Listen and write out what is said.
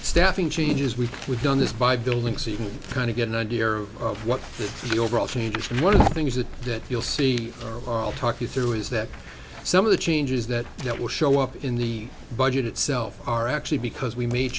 staffing changes we've done this by building so you can kind of get an idea of what the overall change is one of the things that that you'll see talk you through is that some of the changes that that will show up in the budget itself are actually because we made